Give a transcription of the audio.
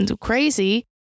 crazy